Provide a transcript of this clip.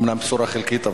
אומנם בשורה חלקית,